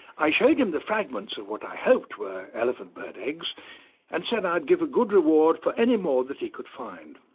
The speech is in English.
i showed him the fragments of what i hoped were elephant-bird eggs and said i'd give a good reward for any more that he could find.